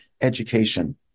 education